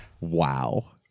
wow